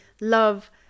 love